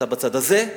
אתה בצד הזה,